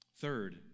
Third